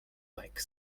like